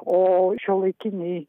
o šiuolaikiniai